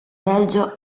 belgio